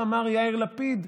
איך אמר יאיר לפיד?